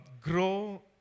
grow